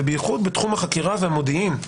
ובייחוד בתחום החקירה והמודיעין,